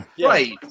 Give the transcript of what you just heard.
Right